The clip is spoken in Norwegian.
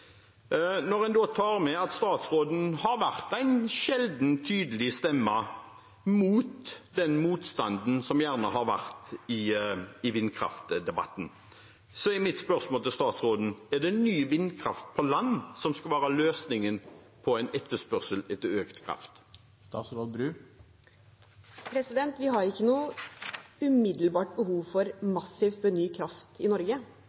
Når en da tar med at statsråden har vært en sjeldent tydelig stemme mot den motstanden som gjerne har vært i vindkraftdebatten, er mitt spørsmål til statsråden: Er det ny vindkraft på land som skal være løsningen på økt etterspørsel etter kraft? Vi har ikke noe umiddelbart behov for massivt med ny kraft i Norge.